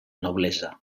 noblesa